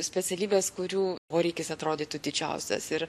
specialybės kurių poreikis atrodytų didžiausias ir